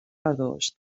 داشت